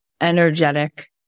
energetic